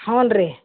ಹ್ಞೂ ರೀ